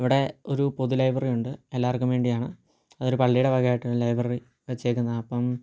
ഇവിടെ ഒരു പൊതു ലൈബ്രറിയുണ്ട് എല്ലാവർക്കും വേണ്ടിയാണ് അതൊരു പള്ളിയുടെ വകയായിട്ട് ഒരു ലൈബ്രറി വച്ചേക്കുന്നത് അപ്പം